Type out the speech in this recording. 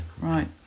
Right